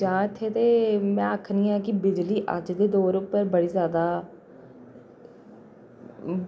बिजली दी विभाग आसै गल्ल कीती जा इत्थें ते में आक्खनी आं की बिजली अज्ज दे दौर उप्पर बड़ी ज़ादा